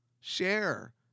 Share